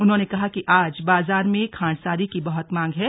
उन्होंने कहा कि आज बाजार में खांडसारी की बहुत मांग है